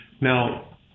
Now